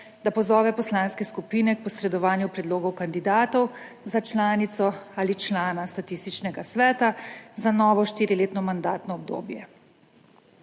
da pozove poslanske skupine k posredovanju predlogov kandidatov za članico ali člana Statističnega sveta za novo štiriletno mandatno obdobje.